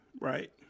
Right